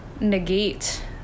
negate